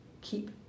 keep